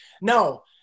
No